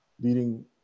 leading